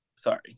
sorry